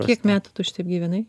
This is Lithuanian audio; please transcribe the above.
kiek metų tu šitaip gyvenai